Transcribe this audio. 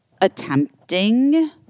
attempting